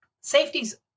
safety's